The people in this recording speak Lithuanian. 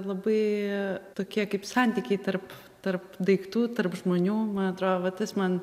labai tokie kaip santykiai tarp tarp daiktų tarp žmonių man atrodo va tas man